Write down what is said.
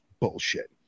bullshit